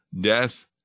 death